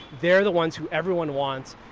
they're the ones who everyone wants,